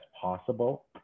possible